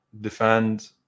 defend